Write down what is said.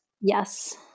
Yes